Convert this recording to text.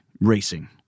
racing